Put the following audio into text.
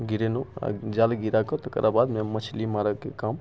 गिरेलहुँ आओर जाल गिराके तकरा बाद ओइमे मछली मारैके काम